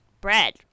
bread